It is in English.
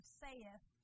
saith